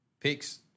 picks